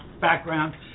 background